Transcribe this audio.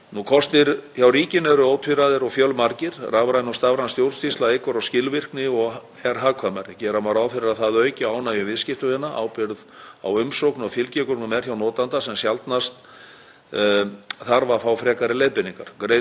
á umsókn og fylgigögnum er hjá notanda sem sjaldnast þarf að fá frekari leiðbeiningar. Greiðslur fyrir umsóknir berast beint inn í greiðslukerfið og eru tengdar kennitölu umsækjanda. Starfsfólk þarf ekki lengur að skrá inn umsóknir, kalla eftir gögnum og endursenda gögn. Betri nýting